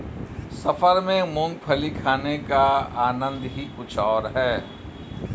सफर में मूंगफली खाने का आनंद ही कुछ और है